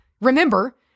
remember